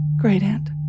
great-aunt